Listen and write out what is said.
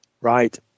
right